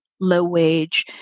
low-wage